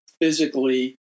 physically